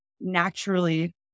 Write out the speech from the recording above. naturally